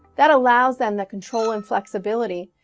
that allows them the control and flexibility,